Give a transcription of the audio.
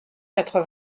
quatre